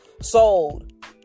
sold